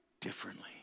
differently